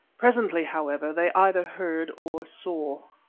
presently, however, they either heard or saw.